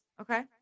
okay